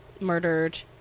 murdered